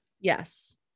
Yes